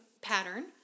pattern